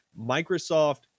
Microsoft